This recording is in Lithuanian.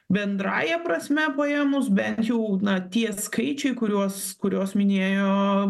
bendrąja prasme paėmus bent jau na tie skaičiai kuriuos kuriuos minėjo